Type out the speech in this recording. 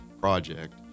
project